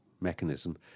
mechanism